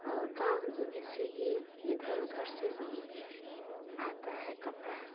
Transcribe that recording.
और गाँव में से भी इधर उधर से भी आता है कपड़ा